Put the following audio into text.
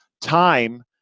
time